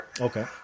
Okay